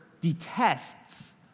detests